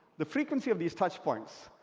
the frequency of these touchpoints,